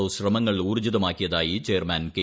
O ശ്രമങ്ങൾ ഊർജ്ജിതമാക്കിയതായി chairman K